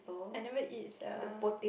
I never eat sia